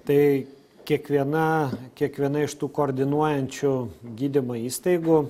tai kiekviena kiekviena iš tų koordinuojančių gydymo įstaigų